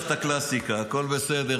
אז לכן, אני יודע שאת יש לך הקלאסיקה, הכול בסדר.